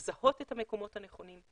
לזהות את המקומות הנכונים,